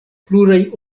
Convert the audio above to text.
pluraj